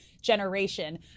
generation